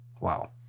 Wow